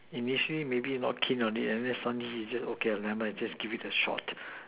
initially maybe not keen on it and then suddenly okay never mind just give it a shot